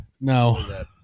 No